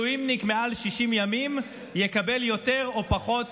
האם מילואימניק מעל 60 ימים יקבל יותר או פחות